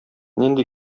нинди